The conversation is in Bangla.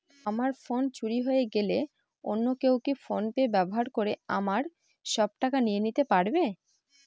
আমার ফোন চুরি হয়ে গেলে অন্য কেউ কি ফোন পে ব্যবহার করে আমার সব টাকা নিয়ে নিতে পারবে?